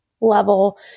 level